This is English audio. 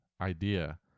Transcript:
idea